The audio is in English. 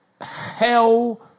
hell